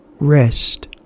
Rest